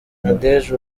nadege